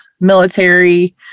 military